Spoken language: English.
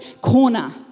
corner